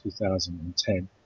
2010